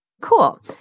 Cool